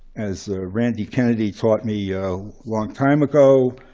as randy kennedy taught me a long time ago,